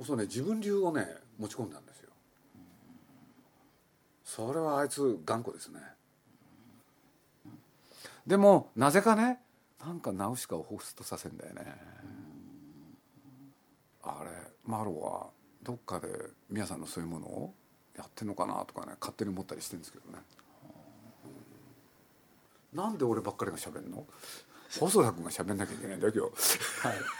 そうね、自分流をね、持ち込んだんですよ。うんうんうん。それはあいつ頑固ですね。うん。うん。でも、なぜかね、なんかナウシカをホストさせんだよね。うんうんうん。あれ、マロはどっかで宮さんのそういうものをやってんのかなとかね、勝手に思ったりしてん- んですけどね。うんうん。なんで俺ばっかりが喋んの？細田君が喋んなきゃいけないんだよ、今日。はい。